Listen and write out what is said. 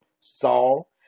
saul